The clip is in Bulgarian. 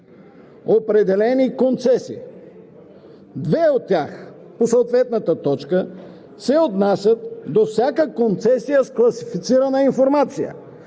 определяне на концесионер. Две от тях – по съответната точка, се отнасят до всяка концесия с класифицирана информация